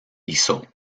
hizo